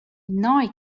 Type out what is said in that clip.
nei